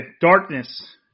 darkness